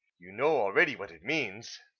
you know already what it means.